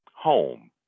Home